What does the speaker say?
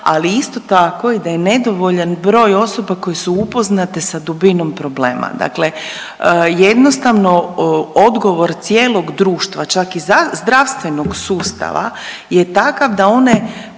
ali isto tako i da je nedovoljan broj osoba koje su upoznate sa dubinom problema. Dakle, jednostavno odgovor cijelog društva čak i zdravstvenog sustava je takav da da